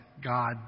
God